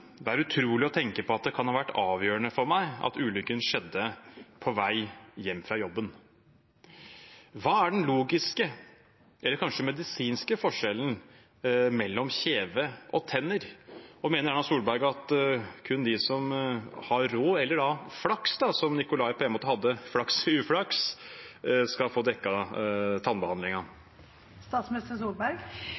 er utrolig å tenke på at det kan ha vært avgjørende for meg at ulykken skjedde på vei hjem fra jobben.» Hva er den logiske, eller kanskje medisinske, forskjellen mellom kjeve og tenner? Og mener Erna Solberg at kun de som har råd eller flaks – som Nikolai på en måte hadde, flaks i uflaks – skal få